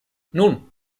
nun